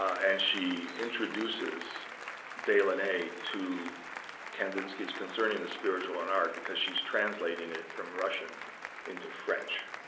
and she introduces delaunay to kandinsky's, concerning the spiritual in art because she's translating it from russian into french.